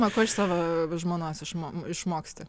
na ko iš savo žmonos išmok išmoksti